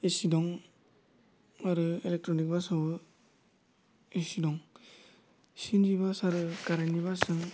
AC दं आरो electronic बासावबो इसि दं सिनजि बास आरो खारेननि बासजों